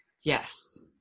Yes